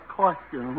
question